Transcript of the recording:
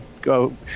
go